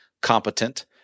competent